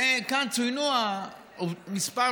כאן צוינו כמה עובדות